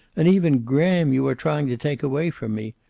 and even graham you are trying to take away from me.